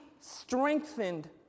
strengthened